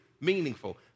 meaningful